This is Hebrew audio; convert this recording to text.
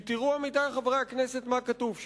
כי תראו, עמיתי חברי הכנסת, מה כתוב שם.